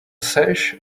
sash